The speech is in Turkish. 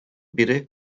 biri